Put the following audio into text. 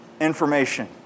information